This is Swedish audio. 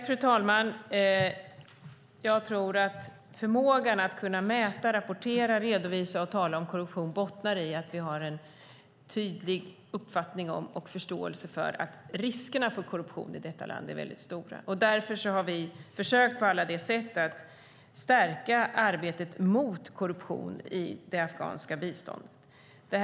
Fru talman! Jag tror att förmågan att mäta, rapportera, redovisa och tala om korruption bottnar i att vi har en tydlig uppfattning om och förståelse för att riskerna för korruption i detta land är mycket stora. Därför har vi på alla de sätt försökt stärka arbetet mot korruption i det afghanska biståndet.